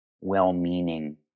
well-meaning